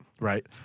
Right